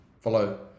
follow